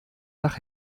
nach